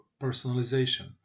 personalization